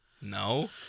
No